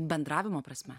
bendravimo prasme